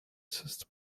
system